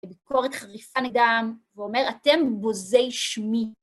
וביקורת חריפה נגדם, ואומר, אתם בוזי שמי.